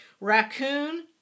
raccoon